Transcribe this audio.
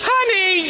Honey